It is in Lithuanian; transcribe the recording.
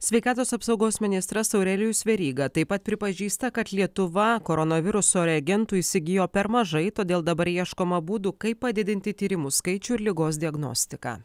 sveikatos apsaugos ministras aurelijus veryga taip pat pripažįsta kad lietuva koronaviruso reagentų įsigijo per mažai todėl dabar ieškoma būdų kaip padidinti tyrimų skaičių ir ligos diagnostiką